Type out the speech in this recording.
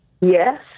Yes